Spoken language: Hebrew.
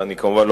כמובן,